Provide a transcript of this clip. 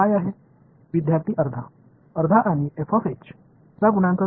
மாணவர்பாதி இன் கோஏபிசிஎன்ட் என்ன